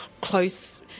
close